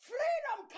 Freedom